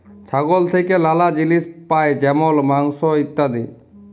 ছাগল থেক্যে লালা জিলিস পাই যেমল মাংস, ইত্যাদি